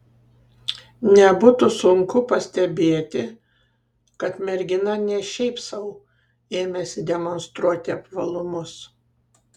nebūtų sunku pastebėti kad mergina ne šiaip sau ėmėsi demonstruoti apvalumus